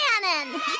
cannon